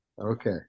Okay